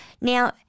Now